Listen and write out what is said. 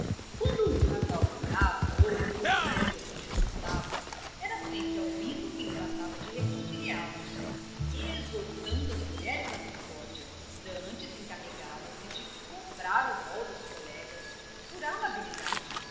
quando um casal brigava ou duas amigas se disputavam era sempre albino quem tratava de reconciliá los exortando as mulheres à concórdia dantes encarregava se de cobrar o rol das colegas por amabilidade